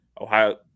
Ohio